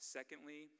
Secondly